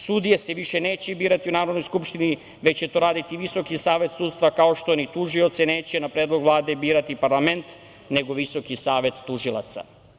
Sudije se više neće birati u Narodnoj skupštini, već će to raditi Visoki savet sudstva, kao što ni tužioce neće na predlog Vlade birati parlament, nego Visoki savet tužilaca.